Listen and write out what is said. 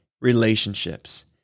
relationships